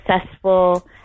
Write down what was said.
successful